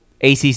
ACC